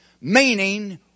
meaning